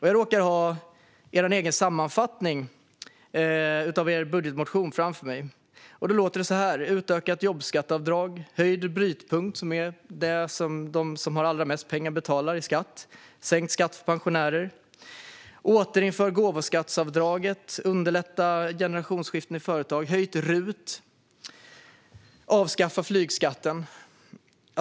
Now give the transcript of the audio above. Jag råkar ha sammanfattningen av er budgetmotion framför mig där ni tar upp bland annat utökat jobbskatteavdrag, höjd brytpunkt - som handlar om den skatt som de som har allra mest pengar betalar - sänkt skatt för pensionärer, återinfört gåvoskatteavdrag, underlättande av generationsskiften i företag, höjt RUT och avskaffande av flygskatten.